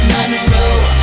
Monroe